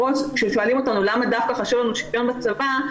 כששואלים אותנו למה חשוב לנו דווקא שוויון בצבא,